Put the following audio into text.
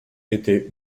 était